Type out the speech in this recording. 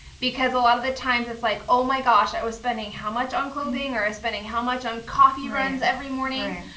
because a lot of the times it's like, oh, my gosh, i was spending how much on clothing? or, i was spending how much on coffee runs every morning?